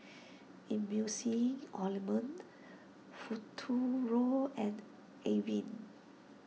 Emulsying Ointment Futuro and Avene